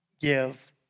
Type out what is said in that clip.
give